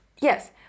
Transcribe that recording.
Yes